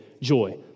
joy